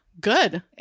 Good